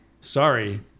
sorry